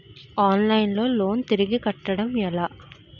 Online లో loan తిరిగి కట్టడం ఎలా?